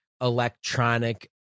electronic